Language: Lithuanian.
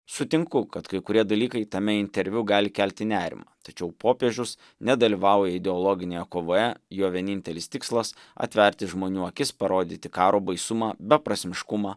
sutinku kad kai kurie dalykai tame interviu gali kelti nerimą tačiau popiežius nedalyvauja ideologinėje kovoje jo vienintelis tikslas atverti žmonių akis parodyti karo baisumą beprasmiškumą